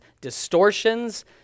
distortions